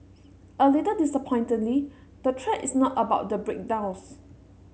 a little disappointingly the thread is not about the breakdowns